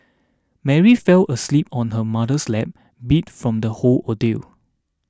Mary fell asleep on her mother's lap beat from the whole ordeal